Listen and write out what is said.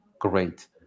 great